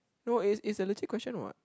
no is is a legit question what